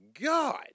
God